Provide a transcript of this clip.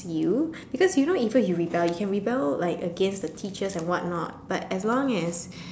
you because you know even if you rebel you can rebel like against the teachers and what not but as long as